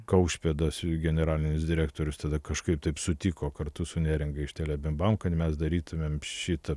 kaušpėdas jų generalinis direktorius tada kažkaip taip sutiko kartu su neringa iš tele bim bam kad mes darytumėm šitą